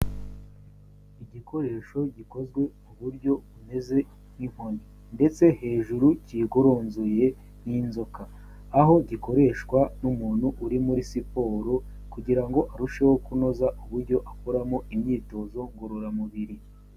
Igikoresho gikozwe ku buryo bumeze nk'inkoni ndetse hejuru kigoronzoye nk'inzoka, aho gikoreshwa n'umuntu uri muri siporo kugirango ngo arusheho kunoza uburyo akuramo imyitozo ngororamubiri.